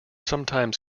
sometimes